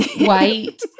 white